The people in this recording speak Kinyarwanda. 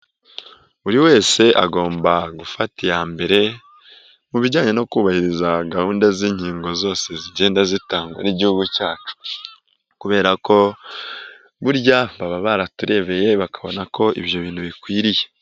Buri wese agomba gufata iya mbere mu bijyanye no kubahiriza gahunda z'inkingo zose zigenda zitangwa n'igihugu cyacu, kubera ko burya baba baraturebeye bakabona ko ibyo bintu bikwiriye.